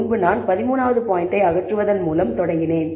முன்பு நான் 13 வது பாயின்ட்டை அகற்றுவதன் மூலம் தொடங்கினேன்